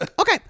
Okay